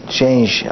change